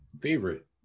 favorite